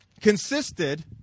consisted